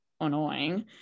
annoying